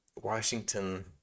Washington